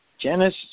Janice